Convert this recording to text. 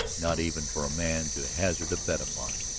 not even for a man to hazard a bet upon.